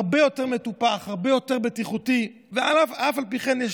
הרבה יותר מטופח, הרבה יותר בטיחותי.